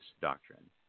doctrine